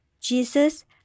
Jesus